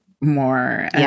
more